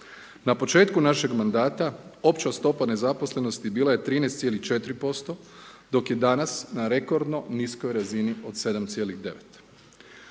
Na početku našeg mandata opća stopa nezaposlenosti bila je 13,4%, dok je danas na rekordno niskoj razini od 7,9.